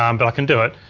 um but i can do it.